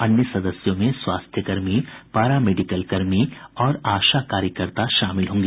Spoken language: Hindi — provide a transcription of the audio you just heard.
अन्य सदस्यों में स्वास्थ्य कर्मी पारा मेडिकल कर्मी और आशा कार्यकर्ता शामिल होंगी